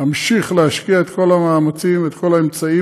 ואמשיך להשקיע את כל המאמצים ואת כל האמצעים